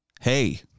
Hey